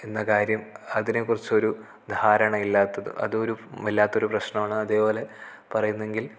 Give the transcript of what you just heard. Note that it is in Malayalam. എന്ന കാര്യം അതിനെ കുറിച്ചൊരു ധാരണയില്ലാത്തത് അതൊരു വല്ലാത്തൊരു പ്രശ്നമാണ് അതേപോലെ പറയുന്നെങ്കിൽ